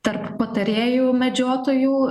tarp patarėjų medžiotojų